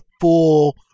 full